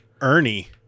Ernie